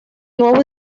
nuevo